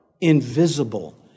invisible